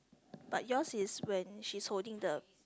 but yours is when she's holding the